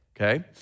okay